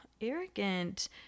Arrogant